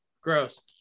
Gross